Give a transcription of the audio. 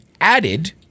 added